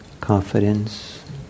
confidence